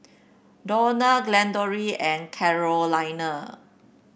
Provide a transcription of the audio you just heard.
Dawna Glendora and Carolina